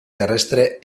terrestre